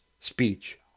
speech